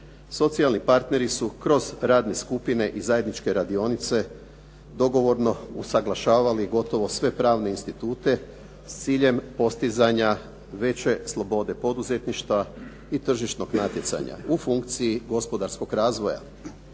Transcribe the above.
Socijalni partneri su kroz radne skupine i zajedničke radionice dogovorno usaglašavali gotovo sve pravne institute s ciljem postizanja veće slobode poduzetništva i tržišnog natjecanja u funkciji gospodarskog razvoja,